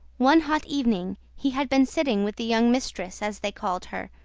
one hot evening, he had been sitting with the young mistress, as they called her,